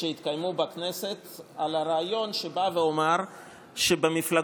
שהתקיימו בכנסת על הרעיון שבא ואומר שבמפלגות